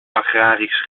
agrarisch